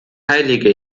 heilige